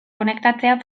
konektatzea